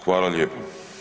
Hvala lijepo.